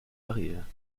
arrive